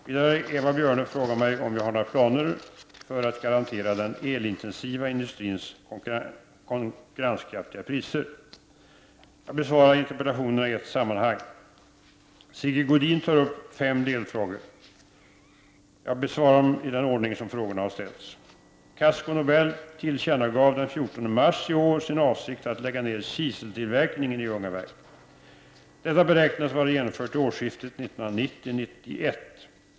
Vidare har Eva Björne frågat mig om jag har några planer för att garantera den elintensiva industrin konkurrenskraftiga elpriser. Jag besvarar interpellationerna i ett sammanhang. Sigge Godin tar upp fem delfrågor. Jag besvarar dem i den ordning frågorna ställts. Casco Nobel tillkännagav den 14 mars i år sin avsikt att lägga ned kiseltillverkningen i Ljungaverk. Detta beräknas vara genomfört till årsskiftet 1990/91.